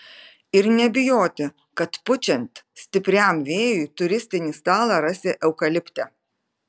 ir nebijoti kad pučiant stipriam vėjui turistinį stalą rasi eukalipte